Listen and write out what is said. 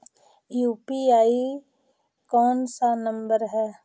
UPI कोन सा number हैं?